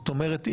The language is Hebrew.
זאת אומרת,